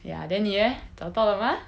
ya then 妳 leh 找到了 mah